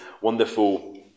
wonderful